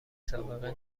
سابقه